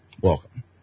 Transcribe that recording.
Welcome